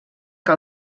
que